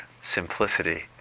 simplicity